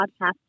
podcast